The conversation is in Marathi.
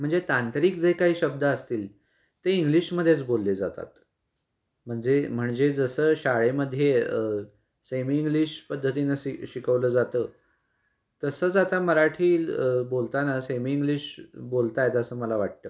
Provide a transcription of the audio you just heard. म्हणजे तांत्रिक जे काही शब्द असतील ते इंग्लिशमध्येच बोलले जातात म्हणजे म्हणजे जसं शाळेमध्ये सेमी इंग्लिश पद्धतीनं श शिकवलं जातं तसंच आता मराठी बोलताना सेमी इंग्लिश बोलता येतं असं मला वाटतं